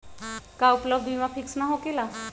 का उपलब्ध बीमा फिक्स न होकेला?